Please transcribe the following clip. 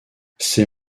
ces